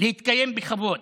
להתקיים בכבוד?